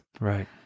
Right